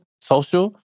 social